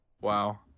Wow